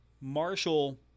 Marshall